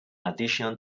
addition